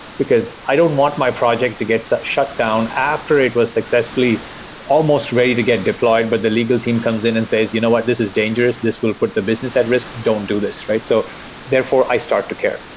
because i don't want my project to get shut down after it was successfully almost ready to get deployed, but the legal team comes in and says, you know what? this is dangerous. this will put the business at risk. don't do this. so therefore, i start to care.